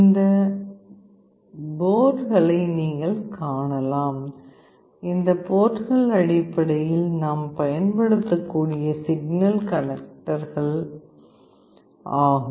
இந்த போர்ட்களை நீங்கள் காணலாம் இந்த போர்ட்கள் அடிப்படையில் நாம் பயன்படுத்தக்கூடிய சிக்னல் கனெக்டர்கள் ஆகும்